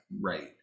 right